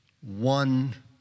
one